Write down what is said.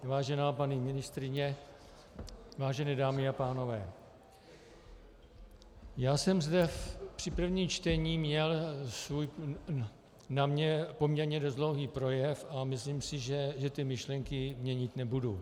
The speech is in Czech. Vážená paní ministryně, vážené dámy a pánové, já jsem zde při prvním čtení měl svůj na mě poměrně dlouhý projev a myslím si, že ty myšlenky měnit nebudu.